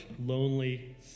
lonely